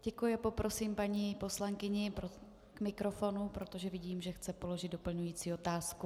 Děkuji a poprosím paní poslankyni k mikrofonu, protože vidím, že chce položit doplňující otázku.